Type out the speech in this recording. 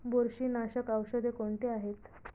बुरशीनाशक औषधे कोणती आहेत?